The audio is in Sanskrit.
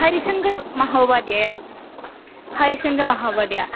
हरिशङ्करः महोपाध्यायः हरिशङ्करः महोपाध्यायः